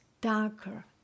darker